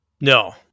No